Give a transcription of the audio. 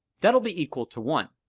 that would be equal to one.